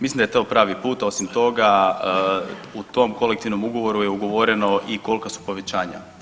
Mislim da je to pravi put, osim toga, u tom kolektivnom ugovoru je ugovoreno i kolika su povećanja.